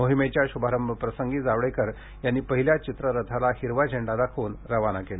मोहिमेच्या शुभारंभप्रसंगी जावडेकर यांनी पहिल्या चित्ररथाला हिरवा झेंडा दाखवून रवाना केलं